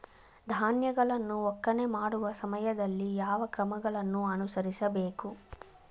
ಧಾನ್ಯಗಳನ್ನು ಒಕ್ಕಣೆ ಮಾಡುವ ಸಮಯದಲ್ಲಿ ಯಾವ ಕ್ರಮಗಳನ್ನು ಅನುಸರಿಸಬೇಕು?